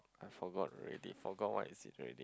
I forgot already forgot what is it already